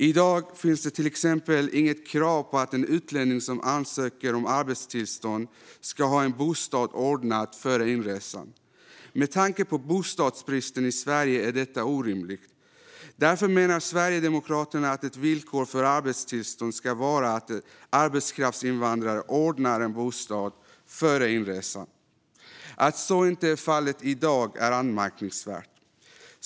I dag finns det till exempel inget krav på att en utlänning som ansöker om arbetstillstånd ska ha en bostad ordnad före inresan. Med tanke på bostadsbristen i Sverige är detta orimligt. Därför menar Sverigedemokraterna att ett villkor för arbetstillstånd ska vara att arbetskraftsinvandrare ordnar en bostad före inresan. Att så inte är fallet i dag är anmärkningsvärt.